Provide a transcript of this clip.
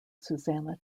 susanna